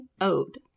Ode